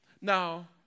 Now